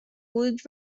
would